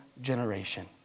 generation